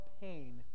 pain